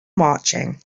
marching